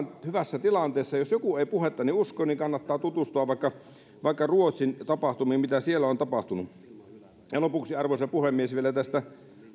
hyvässä tilanteessa jos joku ei puhettani usko niin kannattaa tutustua vaikka vaikka ruotsin tapahtumiin mitä siellä on tapahtunut ja lopuksi arvoisa puhemies vielä tästä